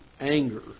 anger